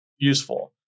Useful